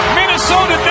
Minnesota